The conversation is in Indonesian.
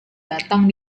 datang